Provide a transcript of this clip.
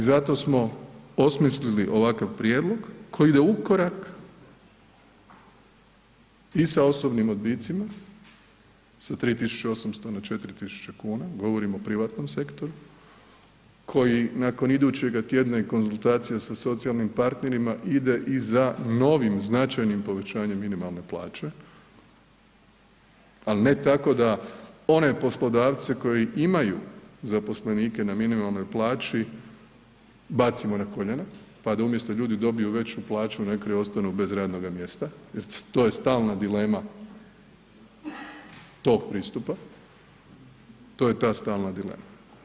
I zato smo osmislili ovakav prijedlog koji ide u korak i sa osobnim odbicima, sa 3.800 na 4.000 kuna, govorim o privatnom sektoru koji nakon idućega tjedna i konzultacija sa socijalnim partnerima ide i za novim značajnim povećanjem minimalne plaće, ali ne tako da one poslodavce koji imaju zaposlenike na minimalnoj plaći bacimo na koljena, pa da umjesto ljudi dobiju veću plaću na kraju ostanu bez radnoga mjesta jer to je stalna dilema tog pristupa, to je ta stalna dilema.